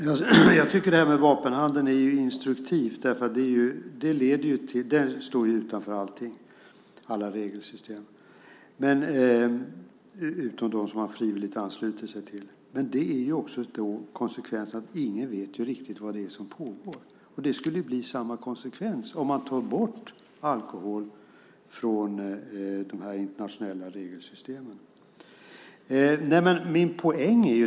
Fru talman! Jag tycker att det här med vapenhandeln är instruktivt. Den står ju utanför allting, alla regelsystem utom dem som man frivilligt ansluter sig till. Men konsekvensen blir att ingen riktigt vet vad det är som pågår. Det skulle bli samma konsekvens om man tog bort alkohol från de här internationella regelsystemen.